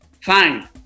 fine